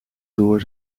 door